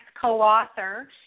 co-author